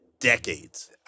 decades